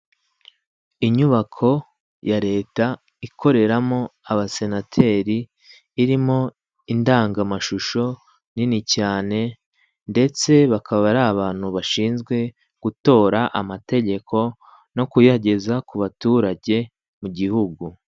Inyubako ya leta ikoreramo abasenateri, irimo indangamashusho nini cyane ndetse bakaba ari abantu bashinzwe gutora amategeko no kuyageza ku baturage mu gihugu.